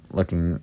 Looking